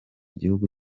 gihugu